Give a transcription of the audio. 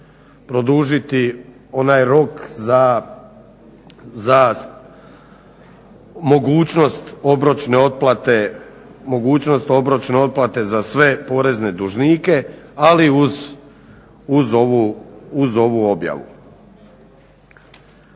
produžiti onaj rok za mogućnost obročne otplate za sve porezne dužnike ali uz ovu objavu.